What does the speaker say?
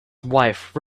wife